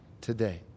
today